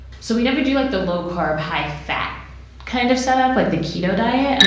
so, we never do like the low-carb high-fat kind of set up like the keto diet. and